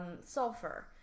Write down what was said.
sulfur